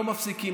לא מפסיקים,